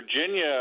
Virginia